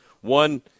One